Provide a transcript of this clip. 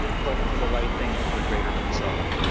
vote for the right thing for greater minnesota.